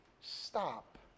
stop